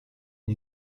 une